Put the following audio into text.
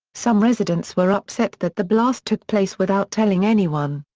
some residents were upset that the blast took place without telling anyone.